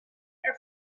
our